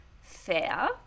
fair